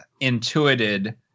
intuited